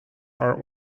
are